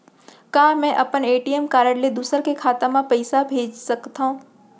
का मैं अपन ए.टी.एम कारड ले दूसर के खाता म पइसा भेज सकथव?